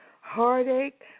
heartache